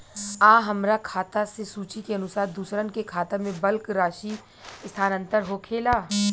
आ हमरा खाता से सूची के अनुसार दूसरन के खाता में बल्क राशि स्थानान्तर होखेला?